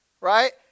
right